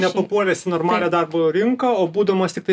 nepapuolęs į normalią darbo rinką o būdamas tiktai